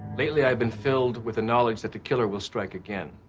lately, i've been filled with the knowledge that the killer will strike again,